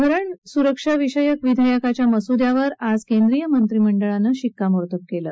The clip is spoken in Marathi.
धरण सुरक्षा विषयक विधेयकाच्या मसुद्यावर आज केंद्रीय मंत्रिमंडळानं शिक्कामोर्तब केलं